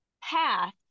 path